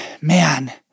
man